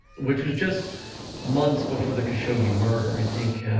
which was just months before the khashoggi murder, i think,